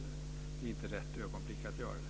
Det är inte rätt ögonblick att göra det.